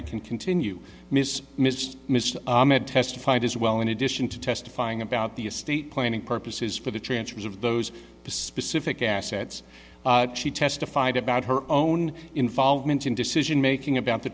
i can continue mis mr mr testified as well in addition to testifying about the estate planning purposes for the transfers of those specific assets she testified about her own involvement in decision making about the